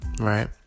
Right